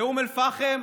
לאום אל-פחם,